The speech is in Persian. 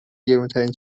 گرونترین